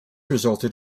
resulted